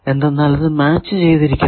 എന്തെന്നാൽ അത് മാച്ച് ചെയ്തിരിക്കുന്നു